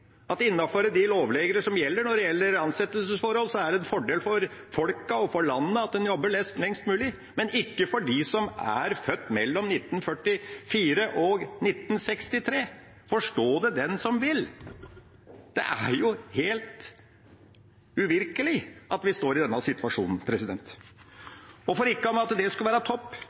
at innenfor de lovregler som gjelder for ansettelsesforhold, er det en fordel for folk og for landet at en jobber lengst mulig, men ikke for dem som er født mellom 1944 og 1963 – forstå det den som vil! Det er jo helt uvirkelig at vi står i denne situasjonen. Og som om ikke det skal være toppen, har jeg her med